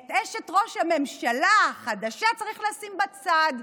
את אשת ראש הממשלה החדשה צריך לשים בצד.